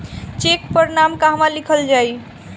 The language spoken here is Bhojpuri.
चेक पर नाम कहवा लिखल जाइ?